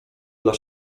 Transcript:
dla